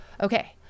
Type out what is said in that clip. okay